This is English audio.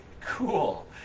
cool